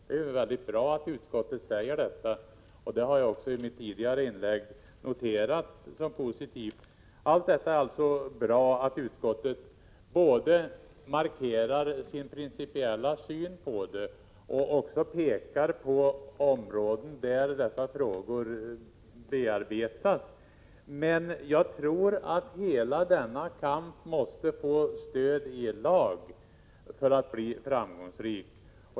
Det är mycket bra att utskottet säger detta, vilket jag i mitt tidigare inlägg har noterat som positivt. Det är bra att utskottet både markerar sin principiella syn på detta och pekar på områden där dessa frågor bearbetas. Men jag tror att hela denna kamp måste få stöd i en lag för att bli framgångsrik.